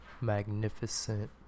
magnificent